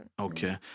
Okay